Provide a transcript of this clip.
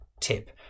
tip